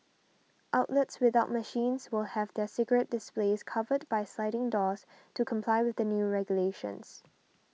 outlets without machines will have their cigarette displays covered by sliding doors to comply with the new regulations